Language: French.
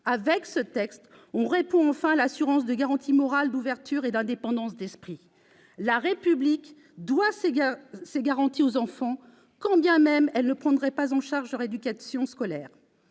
Avec ce texte, on répond enfin à l'assurance de garanties morales d'ouverture et d'indépendance d'esprit. La République doit ces garanties aux enfants, quand bien même elle ne prendrait pas en charge leur éducation scolaire.